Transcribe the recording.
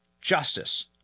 justice